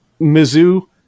Mizzou